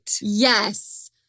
Yes